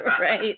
Right